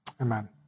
Amen